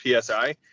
psi